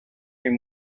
him